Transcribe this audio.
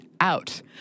out